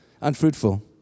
unfruitful